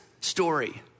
story